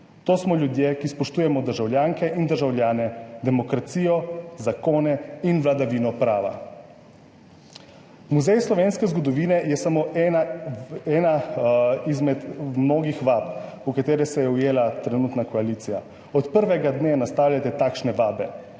To smo ljudje, ki spoštujemo državljanke in državljane, demokracijo, zakone in vladavino prava. Muzej slovenske zgodovine je samo ena izmed mnogih vab, v katere se je ujela trenutna koalicija. Od prvega dne nastavljate takšne vabe,